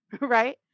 Right